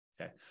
Okay